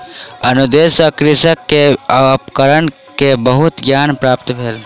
अनुदेश सॅ कृषक के उपकरण के बहुत ज्ञान प्राप्त भेल